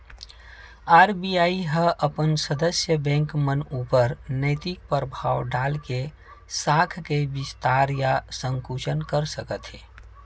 RBI ह अपन सदस्य बेंक मन ऊपर नैतिक परभाव डाल के साख के बिस्तार या संकुचन कर सकथे